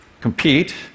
compete